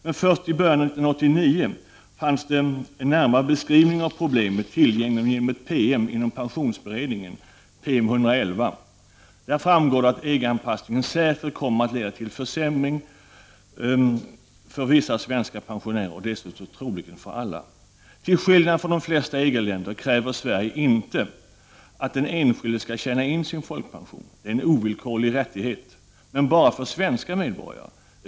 Men först i början av 1989 fanns det en närmare beskrivning av problemet tillgänglig genom en PM inom pensionsberedningen, PM 111. Jag fann där att EG-anpassningen säkert kommer att leda till försämring för vissa svenska pensionärer, troligen för alla. Till skillnad från de flesta EG-länder kräver Sverige inte att den enskilde skall tjäna in sin folkpension. Den är en ovillkorlig rättighet, men bara för svenska medborgare.